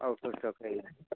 out of സ്റ്റോക്കായിരുന്നു